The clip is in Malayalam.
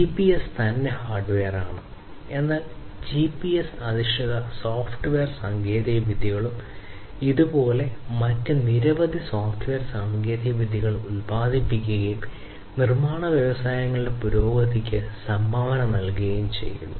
ജിപിഎസ് തന്നെ ഹാർഡ്വെയറാണ് എന്നാൽ ജിപിഎസ് അധിഷ്ഠിത സോഫ്റ്റ്വെയർ സാങ്കേതികവിദ്യകളും ഇതുപോലുള്ള മറ്റ് നിരവധി സോഫ്റ്റ്വെയർ സാങ്കേതികവിദ്യകളും ഉത്പാദിപ്പിക്കുകയും നിർമ്മാണ വ്യവസായങ്ങളുടെ പുരോഗതിക്ക് സംഭാവന നൽകുകയും ചെയ്തു